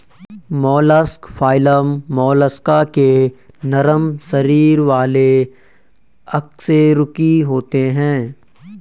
mollusc phylum Mollusca के नरम शरीर वाले अकशेरुकी होते हैं